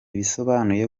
bisobanuye